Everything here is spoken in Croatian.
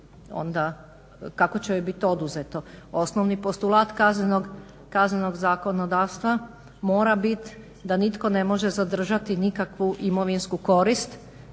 kako će joj biti oduzeto. Osnovni postulat kaznenog zakonodavstva mora biti da nitko ne može zadržati nikakvu imovinsku korist